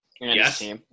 Yes